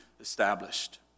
established